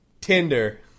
Tinder